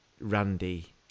Randy